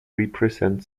represent